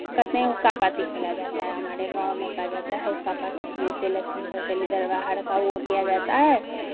कहते हैं हुक्कापाती खेला जाता है हमारे गांव में कहा जाता है हुक्कापाती से जैसे लक्ष्मी घर दरिद्र बाहर का वो किया जाता है